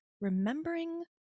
remembering